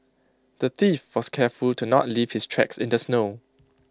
the thief was careful to not leave his tracks in the snow